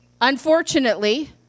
Unfortunately